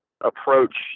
approach